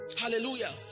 Hallelujah